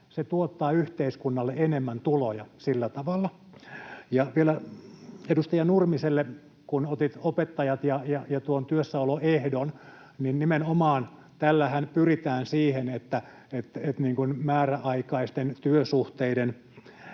se tuottaa yhteiskunnalle enemmän tuloja sillä tavalla. Vielä edustaja Nurmiselle, kun otit opettajat ja työssäoloehdon: Tällähän pyritään siihen, että määräaikaisten työsuhteiden